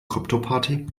kryptoparty